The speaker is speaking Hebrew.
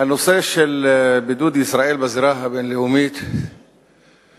הנושא של בידוד ישראל בזירה הבין-לאומית והתלונות